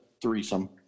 threesome